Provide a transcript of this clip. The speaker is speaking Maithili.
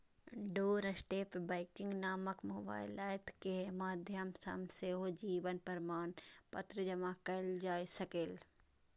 डोरस्टेप बैंकिंग नामक मोबाइल एप के माध्यम सं सेहो जीवन प्रमाणपत्र जमा कैल जा सकैए